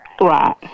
Right